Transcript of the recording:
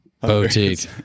Boutique